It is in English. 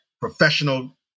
professional